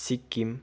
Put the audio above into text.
Sikkim